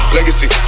Legacy